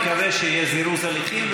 נקווה שיהיה זירוז הליכים,